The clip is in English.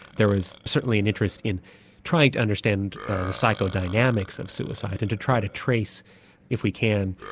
there was certainly an interest in trying to understand the psycho-dynamics of suicide, and to try to trace if we can,